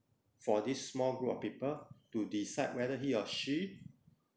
for this small group of people to decide whether he or she